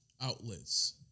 outlets